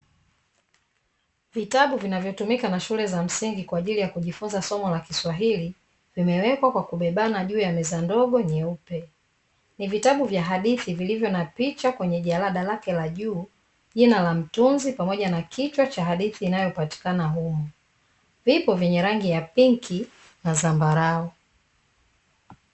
Vitabu vinavyotumika na shule za msingi kwa ajili ya kujifunza somo la kiswahili vimewekwa kwa kubebana juu ya meza ndogo nyeupe, ni vitabu vya hadithi vilivyo na picha kwenye jarada lake la juu jina la mtunzi pamoja na kichwa cha hadithi inayopatikana humo vipo vyenye rangi ya pinki na zambarau.